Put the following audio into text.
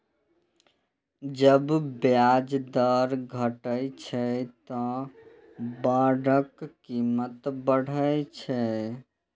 जब ब्याज दर घटै छै, ते बांडक कीमत बढ़ै छै